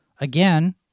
again